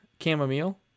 chamomile